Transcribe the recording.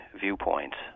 viewpoints